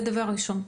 זה דבר ראשון.